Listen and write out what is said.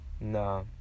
no